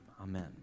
amen